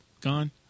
Gone